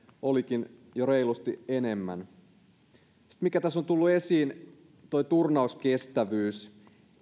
olikin jo reilusti enemmän siten mikä tässä on tullut esiin on turnauskestävyys